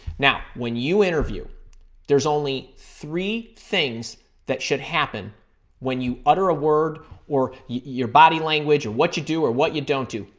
now, when you interview there's only three things that should happen when you utter a word or your body language, what you do or what you don't do.